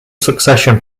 succession